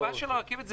הבעיה של הרכבת היא